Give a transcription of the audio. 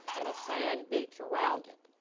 and a sand beach around it.